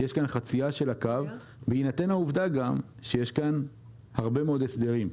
יש כאן חצייה של הקו בהינתן העובדה גם שיש כאן הרבה מאוד הסדרים כלליים,